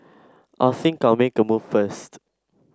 I think I'll make a move first